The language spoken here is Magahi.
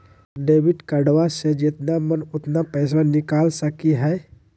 डेबिट कार्डबा से जितना मन उतना पेसबा निकाल सकी हय?